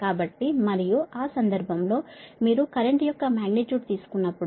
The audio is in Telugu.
కాబట్టి మరియు ఆ సందర్భంలో మీరు కరెంట్ యొక్క మాగ్నిట్యూడ్ తీసుకున్నప్పుడు